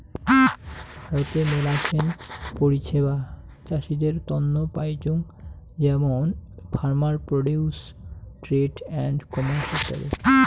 ভারতে মেলাছেন পরিষেবা চাষীদের তন্ন পাইচুঙ যেমন farmer produce trade and commerce ইত্যাদি